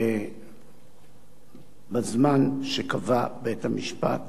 בזמן שקבע בית-המשפט,